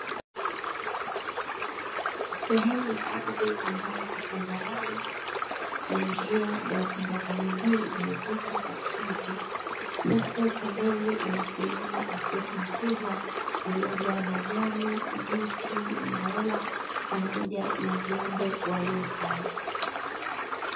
Sehemu ya ardhi ambayo ipo tambarare na njia za watembea kwa miguu zimepita katikati huku pembeni umesimama msitu mkubwa uliojaa majani, miti, maua pamoja na viumbe walio hai.